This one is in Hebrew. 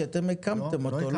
אתם הקמתם אותו.